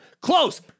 close